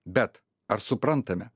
bet ar suprantame